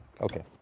Okay